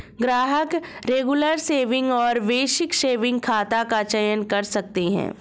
ग्राहक regular saving और basic saving खाता का चयन कर सकते है